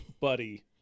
Buddy